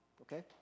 okay